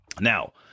Now